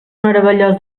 meravellós